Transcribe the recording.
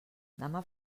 demà